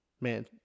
Man